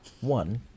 one